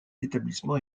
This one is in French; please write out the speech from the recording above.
établissement